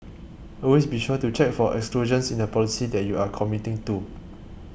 always be sure to check for exclusions in the policy that you are committing to